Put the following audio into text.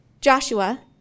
Joshua